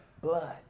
Blood